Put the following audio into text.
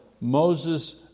Moses